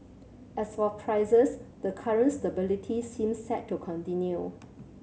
as for prices the current stability seems set to continue